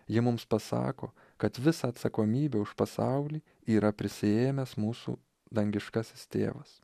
ji mums pasako kad visa atsakomybė už pasaulį yra prisiėmęs mūsų dangiškasis tėvas